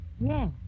Yes